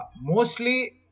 mostly